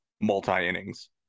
multi-innings